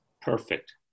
Perfect